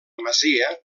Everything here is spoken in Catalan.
masia